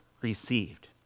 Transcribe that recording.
received